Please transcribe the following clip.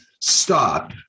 stop